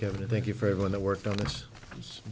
kevin thank you for everyone that worked out that's